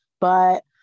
but-